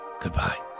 goodbye